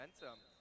momentum